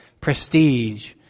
prestige